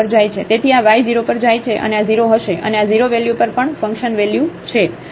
તેથી આ y 0 પર જાય છે અને આ 0 હશે અને આ 0 વેલ્યુ પર પણ ફંકશન વેલ્યુ છે